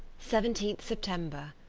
seventeen september.